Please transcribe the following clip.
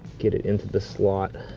get it into the slot,